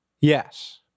Yes